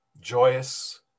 joyous